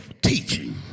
teaching